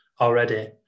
already